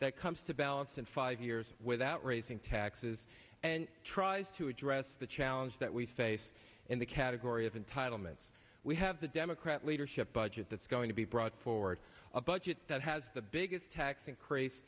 that comes to balance in five years without raising taxes and tries to address the challenge that we face in the category of entitlements we have the democrat leadership budget that's going to be brought forward a budget that has the biggest tax increase